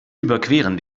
überqueren